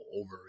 over